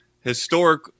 historic